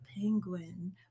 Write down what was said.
penguin